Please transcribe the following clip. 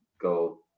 go